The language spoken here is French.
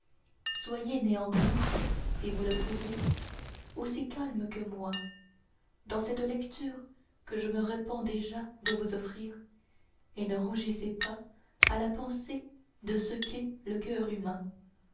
soyez néanmoins si vous le pouvez aussi calmes que moi dans cette lecture que je me repens déjà de vous offrir et ne rougissez pas à la pensée de ce qu'est le coeur humain